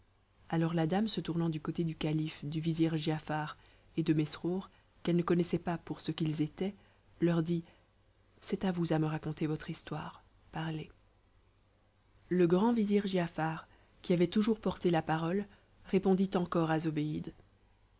alors la dame se tournant du côté du calife du vizir giafar et de mesrour qu'elle ne connaissait pas pour ce qu'ils étaient leur dit c'est à vous à me raconter votre histoire parlez le grand vizir giafar qui avait toujours porté la parole répondit encore à zobéide